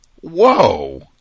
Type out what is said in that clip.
Whoa